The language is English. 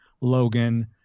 Logan